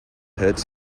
hurts